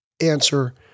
answer